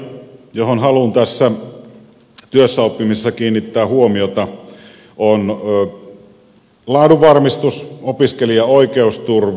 toinen asia johon haluan tässä työssäoppimisessa kiinnittää huomiota on laadunvarmistus opiskelijan oikeusturva